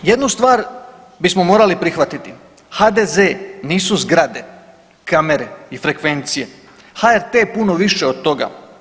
Jednu stvar bismo morali prihvatiti HDZ nisu zgrade, kamere i frekvencije, HRT je puno više od toga.